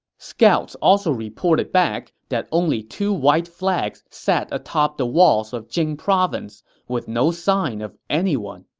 scouts also reported back that only two white flags sat atop the walls of jing province, with no sign of anyone